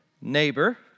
neighbor